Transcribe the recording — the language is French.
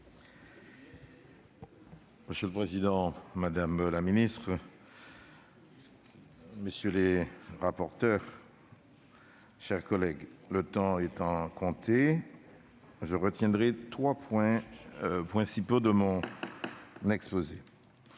Monsieur le président, madame la ministre, chers collègues, le temps m'étant compté, je retiendrai trois points principaux de mon exposé.